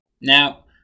Now